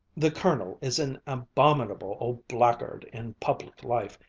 the colonel is an abominable old black-guard in public life,